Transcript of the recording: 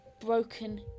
Broken